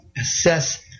assess